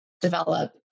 develop